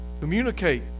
Communicate